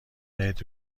دهید